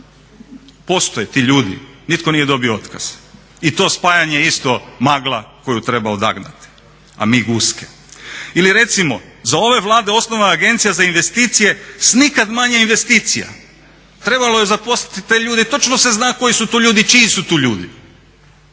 postoje ti ljudi, nitko nije dobio otkaz i to spajanje je isto magla koju treba odagnati, a mi guske. Ili recimo, za ove Vlade osnovana je Agencija za investicije s nikad manje investicija. Trebalo je zaposliti te ljude i točno se zna koji su to ljudi, čiji su to ljudi